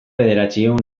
bederatziehun